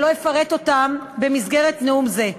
שלא אפרט אותם בנאום זה.